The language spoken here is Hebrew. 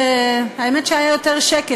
האמת שהיה יותר שקט,